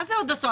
מה זה עוד עשור?